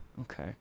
Okay